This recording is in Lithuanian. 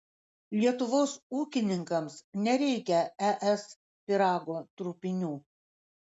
lietuvos ūkininkams nereikia es pyrago trupinių